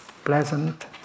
pleasant